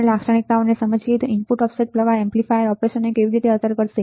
Op amp લાક્ષણિકતાઓને સમજવું input offset પ્રવાહ એમ્પ્લીફાયર ઓપરેશનને કેવી રીતે અસર કરે છે